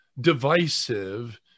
divisive